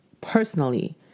personally